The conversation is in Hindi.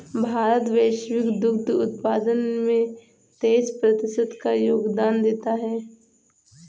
भारत वैश्विक दुग्ध उत्पादन में तेईस प्रतिशत का योगदान देता है